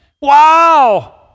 wow